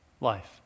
life